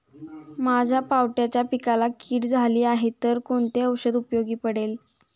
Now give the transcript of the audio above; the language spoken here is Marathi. माझ्या पावट्याच्या पिकाला कीड झाली आहे तर कोणते औषध उपयोगी पडेल?